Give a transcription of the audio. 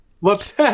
Whoops